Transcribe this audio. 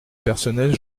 personnel